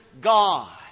God